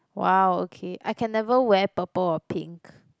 !wow! okay I can never wear purple or pink